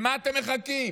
למה אתם מחכים,